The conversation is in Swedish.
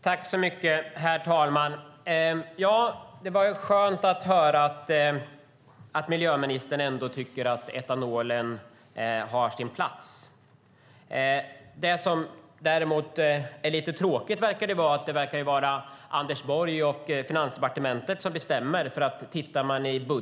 Herr talman! Det var skönt att höra att miljöministern tycker att etanol har sin plats. I budgeten kan man inte se den kopplingen. Det verkar vara Anders Borg och Finansdepartementet som bestämmer.